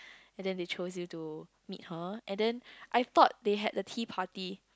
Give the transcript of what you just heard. and then they chose you to meet her and then I thought they had the tea party